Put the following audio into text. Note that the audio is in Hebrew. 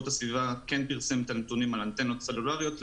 הסביבה כן פרסם את הנתונים על אנטנות סלולריות,